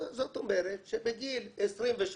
זאת אומרת שבגיל 23,